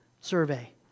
survey